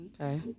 Okay